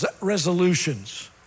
resolutions